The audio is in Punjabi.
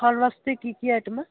ਖਾਣ ਵਾਸਤੇ ਕੀ ਕੀ ਆਈਟਮ ਆ